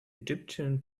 egyptian